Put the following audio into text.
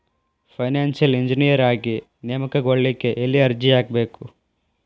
Financial engineer ಆಗಿ ನೇಮಕಗೊಳ್ಳಿಕ್ಕೆ ಯೆಲ್ಲಿ ಅರ್ಜಿಹಾಕ್ಬೇಕು?